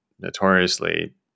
notoriously